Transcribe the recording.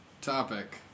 topic